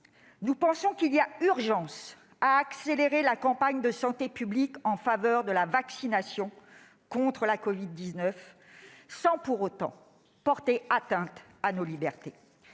nous pensons qu'il est urgent d'accélérer la campagne de santé publique en faveur de la vaccination contre la covid-19 sans pour autant porter atteinte à nos libertés,